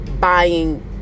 buying